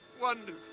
wonderful